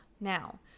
Now